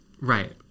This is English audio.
right